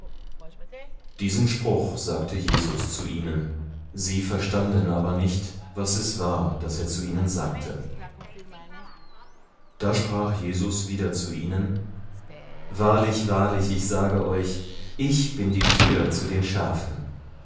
diesen spruch sagte jesus zu ihnen sie verstanden aber nicht was es war das er zu ihnen sagte da sprach jesus wieder zu ihnen wahrlich wahrlich ich sage euch ich bin die tür zu den schafen